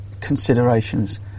Considerations